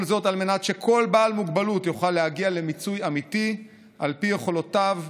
כל זאת על מנת שכל בעל מוגבלות יוכל להגיע למיצוי אמיתי על פי יכולותיו,